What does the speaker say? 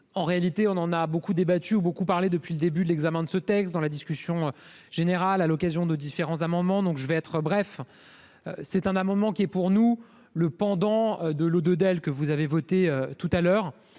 en réalité, on en a beaucoup débattu beaucoup parlé depuis le début de l'examen de ce texte dans la discussion générale, à l'occasion de différents amendements, donc je vais être bref, c'est un amendement qui est pour nous le pendant de l'eau de Dell, que vous avez voté tout à l'heure,